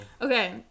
Okay